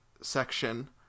section